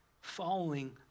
following